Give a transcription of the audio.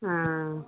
ஆ